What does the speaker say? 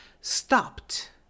stopped